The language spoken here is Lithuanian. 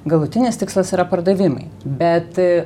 galutinis tikslas yra pardavimai bet